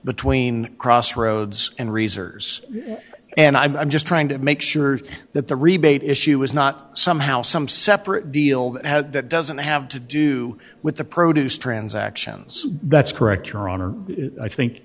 between crossroads and reserves and i'm just trying to make sure that the rebate issue is not somehow some separate deal that doesn't have to do with the produce transactions that's correct your honor i think